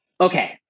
Okay